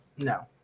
No